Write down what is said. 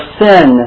sin